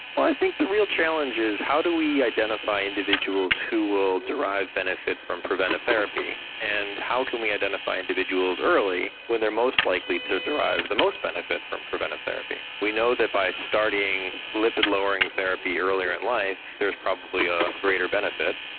but i think the real challenge is how do we identify individuals who will derive benefit from preventive therapy, and how can we identify individuals early when they are most likely to derive the most benefit from preventive therapy? we know that by starting lipid-lowering therapy earlier in life, there's probably a greater benefit.